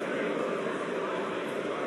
מקומותיהם.